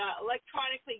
electronically